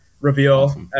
reveal